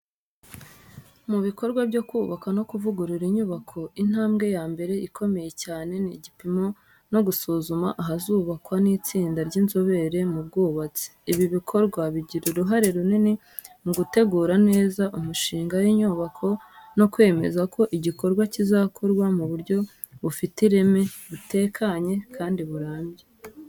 Mu bikorwa byo kubaka no kuvugurura inyubako, intambwe ya mbere ikomeye cyane ni gupima no gusuzuma ahazubakwa n’itsinda ry’inzobere mu bwubatsi. Ibi bikorwa bigira uruhare runini mu gutegura neza umushinga w’inyubako no kwemeza ko igikorwa kizakorwa mu buryo bufite ireme, butekanye kandi burambye.